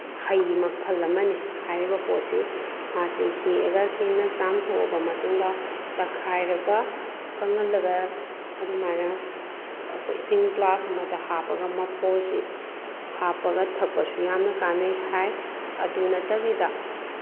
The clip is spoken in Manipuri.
ꯍꯩ ꯃꯈꯜ ꯑꯃꯅꯤ ꯍꯥꯏꯔꯤꯕ ꯄꯣꯠꯁꯤ ꯃꯥꯁꯤ ꯍꯦꯛꯑꯒ ꯁꯦꯡꯅ ꯆꯥꯝꯊꯣꯛꯑꯕ ꯃꯇꯨꯡꯗ ꯇꯛꯈꯥꯏꯔꯒ ꯀꯪꯍꯜꯂꯒ ꯑꯗꯨꯃꯥꯏꯅ ꯑꯩꯈꯣꯏ ꯏꯁꯤꯡ ꯒ꯭ꯂꯥꯁ ꯑꯃꯗ ꯍꯥꯞꯄꯒ ꯃꯐꯣꯜꯁꯤ ꯍꯥꯞꯄꯒ ꯊꯛꯄꯁꯨ ꯌꯥꯝꯅ ꯀꯥꯟꯅꯩ ꯍꯥꯏ ꯑꯗꯨ ꯅꯠꯇꯕꯤꯗ